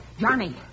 Johnny